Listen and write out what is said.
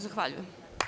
Zahvaljujem.